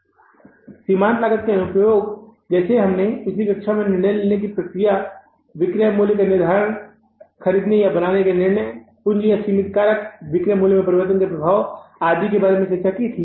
यहाँ सीमांत लागत का अनु प्रयोग जैसे हमने पिछली कक्षा में निर्णय लेने की प्रक्रिया विक्रय मूल्य का निर्धारण खरीदने या बनाने या निर्णय कुंजी या सीमित कारक विक्रय मूल्य में परिवर्तन के प्रभाव आदि के बारे में चर्चा की थी